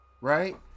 right